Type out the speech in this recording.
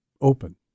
open